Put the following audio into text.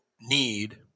need